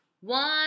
One